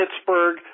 Pittsburgh